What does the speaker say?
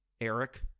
Eric